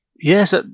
Yes